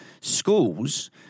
schools